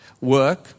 work